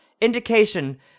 indication